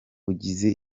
bigize